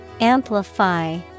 Amplify